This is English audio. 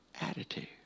attitude